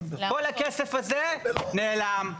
כל הכסף הזה נעלם.